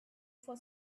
for